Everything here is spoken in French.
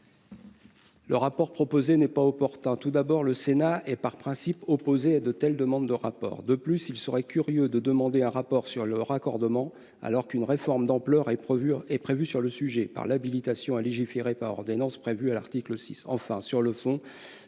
de rapport n'est pas opportune. Tout d'abord, le Sénat est par principe opposé à de telles demandes. Ensuite, il serait curieux de demander un rapport sur le raccordement, alors qu'une réforme d'ampleur est prévue sur le sujet par l'habilitation à légiférer par ordonnances mentionnée à l'article 6. Enfin, sur le fond,